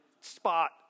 spot